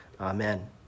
Amen